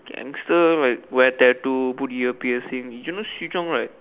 gangster like wear tattoo put ear piercing you know she drunk right